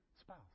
spouse